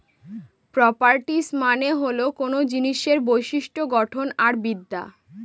properties মানে হল কোনো জিনিসের বিশিষ্ট্য গঠন আর বিদ্যা